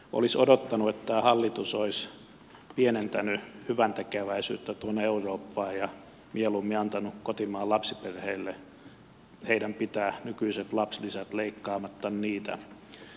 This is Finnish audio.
olisi odottanut että tämä hallitus olisi pienentänyt hyväntekeväisyyttä tuonne eurooppaan ja mieluummin antanut kotimaan lapsiperheiden pitää nykyiset lapsilisät leikkaamatta niitä